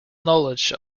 knowledge